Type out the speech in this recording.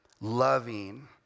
loving